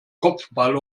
kopfball